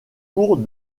cours